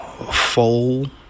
fold